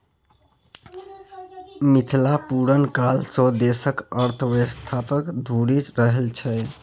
मिथिला पुरने काल सँ देशक अर्थव्यवस्थाक धूरी रहल छै